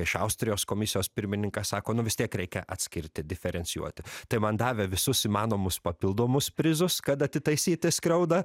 iš austrijos komisijos pirmininkas sako nu vis tiek reikia atskirti diferencijuoti tai man davė visus įmanomus papildomus prizus kad atitaisyti skriaudą